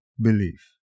belief